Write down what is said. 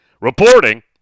reporting